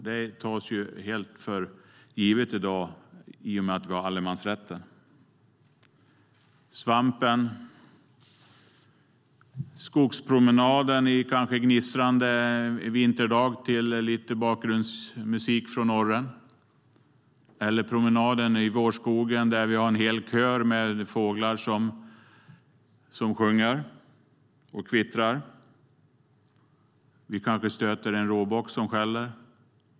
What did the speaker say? Det tas helt för givet i dag, i och med att vi har allemansrätten. Jag tänker på svampen och på skogspromenaden en gnistrande vinterdag, med lite bakgrundsmusik från orren, eller på promenaden i vårskogen, där en hel kör av fåglar sjunger och kvittrar. Vi kanske stöter på en råbock som skäller.